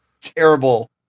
terrible